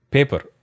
Paper